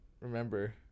remember